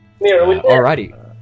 Alrighty